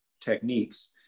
techniques